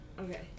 Okay